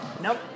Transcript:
Nope